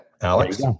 Alex